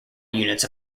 units